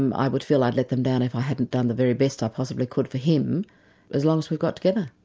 um i would feel i'd let them down if i hadn't done the very best i possibly could for him as long as we've got together.